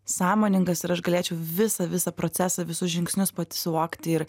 sąmoningas ir aš galėčiau visą visą procesą visus žingsnius pati suvokti ir